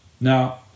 Now